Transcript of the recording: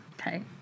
Okay